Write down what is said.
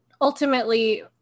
ultimately